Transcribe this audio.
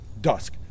dusk